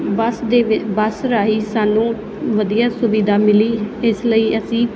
ਬੱਸ ਦੇ ਬੱਸ ਰਾਹੀ ਸਾਨੂੰ ਵਧੀਆ ਸੁਵਿਧਾ ਮਿਲੀ ਇਸ ਲਈ ਅਸੀਂ